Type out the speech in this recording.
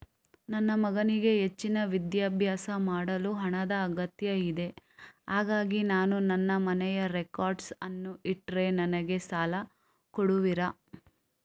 ನನ್ನ ಮಗನಿಗೆ ಹೆಚ್ಚಿನ ವಿದ್ಯಾಭ್ಯಾಸ ಮಾಡಲು ಹಣದ ಅಗತ್ಯ ಇದೆ ಹಾಗಾಗಿ ನಾನು ನನ್ನ ಮನೆಯ ರೆಕಾರ್ಡ್ಸ್ ಅನ್ನು ಇಟ್ರೆ ನನಗೆ ಸಾಲ ಕೊಡುವಿರಾ?